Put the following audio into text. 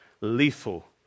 lethal